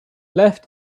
left